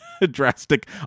drastic